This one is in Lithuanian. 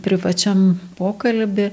privačiam pokalby